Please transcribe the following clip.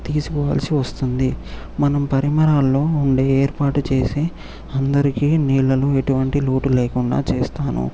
తీసుకోవాల్సి వస్తుంది మనం పరిమణాల్లో ఉండే ఏర్పాటు చేసే అందరికీ నీళ్లలో ఎటువంటి లోటు లేకుండా చేస్తాను